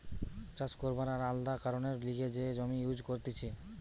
চাষ করবার আর আলাদা কারণের লিগে যে জমি ইউজ করতিছে